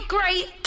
Great